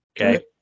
okay